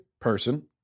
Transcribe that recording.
person